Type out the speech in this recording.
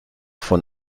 von